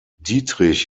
dietrich